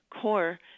core